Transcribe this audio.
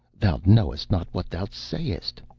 thou knowest not what thou sayest.